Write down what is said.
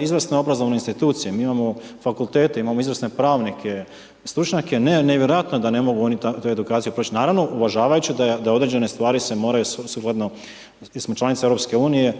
izvrsno obrazovne institucije, mi imamo fakultete, imamo izvrsne pravnike, stručnjake, nevjerojatno je da oni ne mogu te edukacije proći, naravno uvažavajući da određene stvari se moraju, sukladno, mi smo članice EU osigurati